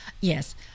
Yes